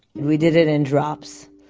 we did it in drops.